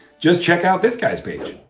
just check out this guy's page.